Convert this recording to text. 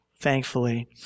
thankfully